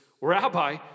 Rabbi